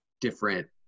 different